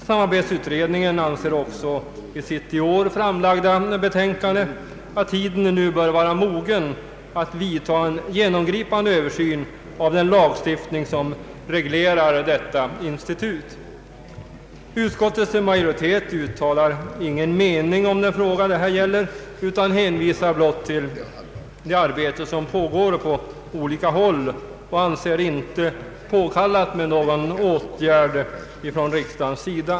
Samarbetsutredningen anser också i sitt i år framlagda betänkande att tiden nu bör vara mogen att vidta en genomgripande översyn av den lagstiftning som reglerar detta institut. Utskottets majoritet uttalar ingen mening om den fråga det här gäller utan hänvisar blott till det arbete som pågår på olika håll och anser det inte påkallat med någon åtgärd från riksdagens sida.